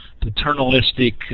paternalistic